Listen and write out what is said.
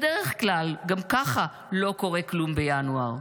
בדרך כלל גם ככה לא קורה כלום בינואר.